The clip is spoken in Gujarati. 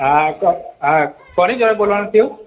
હા તો હા કોની જોડે બોલવાનું થયું